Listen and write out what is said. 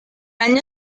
año